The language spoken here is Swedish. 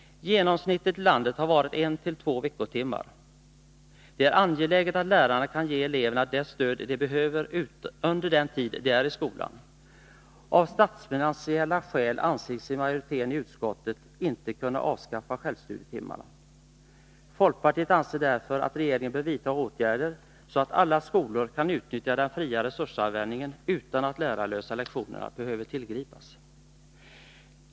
Genomsnittet i landet har varit en till två veckotimmar. Det är angeläget att lärarna kan ge eleverna det stöd de behöver under den tid de är i skolan. Av statsfinansiella skäl anser sig majoriteten i utskottet inte kunna avskaffa självstudietimmarna. Folkpartiet anser därför att regeringen bör vidta åtgärder så att alla skolor kan utnyttja den fria resursanvändningen utan att ”lärarlösa lektioner” behöver tillgripas.